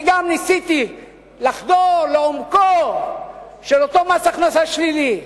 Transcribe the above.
אני גם ניסיתי לחדור לעומקו של אותו מס הכנסה שלילי.